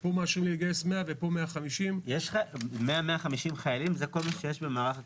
ופה לגייס 100 ופה 150. 150-100 חיילים זה כל מה שיש במערך הכבאות?